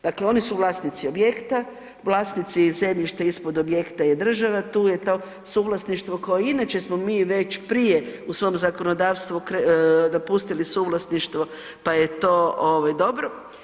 Dakle, oni su vlasnici objekta, vlasnici zemljišta ispod objekta je država, tu je to suvlasništvo, kao i inače smo mi već prije u svom zakonodavstvu dopustili suvlasništvo pa je to dobro.